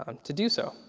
um to do so.